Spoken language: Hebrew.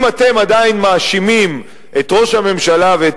אם אתם עדיין מאשימים את ראש הממשלה ואת